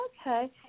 Okay